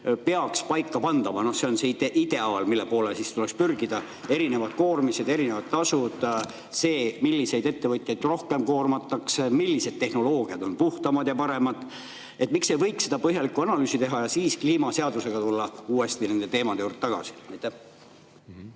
peaks paika pandama – see on ideaal, mille poole tuleks pürgida, [kus on] erinevad koormised, erinevad tasud, see, milliseid ettevõtjaid rohkem koormatakse, millised tehnoloogiad on puhtamad ja paremad. Miks ei võiks põhjalikku analüüsi teha ja siis tulla kliimaseadusega uuesti nende teemade juurde tagasi?